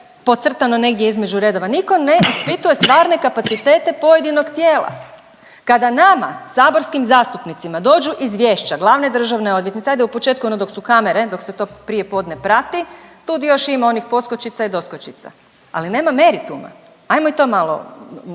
podcrtano negdje između redova. Nitko ne ispituje stvarne kapacitete pojedinog tijela. Kada nama saborskim zastupnicima dođu izvješća glavne državne odvjetnice, hajde u početku ono dok su kamere, dok se to prije podne prati tu di još ima onih poskočica i doskočica, ali nema merituma. Hajmo i to malo